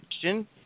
question